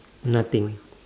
nothing